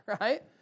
right